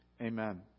Amen